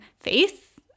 faith